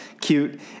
cute